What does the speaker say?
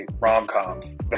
rom-coms